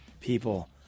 people